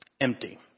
empty